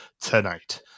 tonight